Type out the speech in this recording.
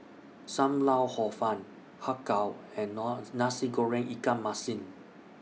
SAM Lau Hor Fun Har Kow and Nasi Goreng Ikan Masin